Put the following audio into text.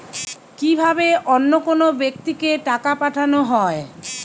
কি ভাবে অন্য কোনো ব্যাক্তিকে টাকা পাঠানো হয়?